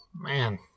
man